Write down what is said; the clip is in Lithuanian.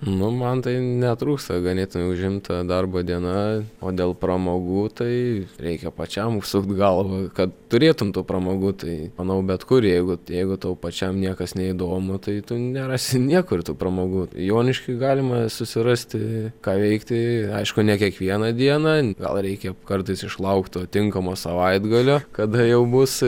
nu man tai netrūksta ganėtinai užimta darbo diena o dėl pramogų tai reikia pačiam sukt galvą kad turėtum tų pramogų tai manau bet kur jeigu jeigu tau pačiam niekas neįdomu tai tu nerasi niekur tų pramogų jonišky galima susirasti ką veikti aišku ne kiekvieną dieną gal reikia kartais išlaukt to tinkamo savaitgalio kada jau bus